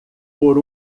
por